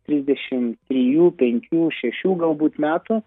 trisdešimt trijų penkių šešių galbūt metų